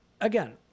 again